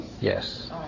Yes